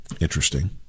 Interesting